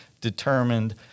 determined